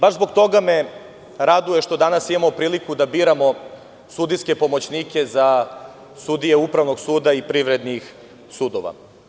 Baš zbog toga me raduje što danas imamo priliku da danas biramo sudijske pomoćnike za sudije Upravnog suda i privrednih sudova.